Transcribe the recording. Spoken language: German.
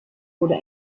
oder